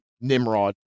Nimrod